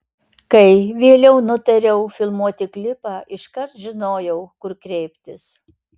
kai vėliau nutariau filmuoti klipą iškart žinojau kur kreiptis